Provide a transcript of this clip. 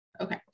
Okay